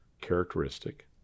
characteristic